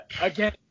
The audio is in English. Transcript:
again